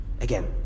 Again